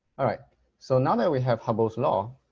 alright so now that we have hubble's law,